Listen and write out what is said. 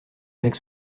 avec